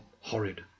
horrid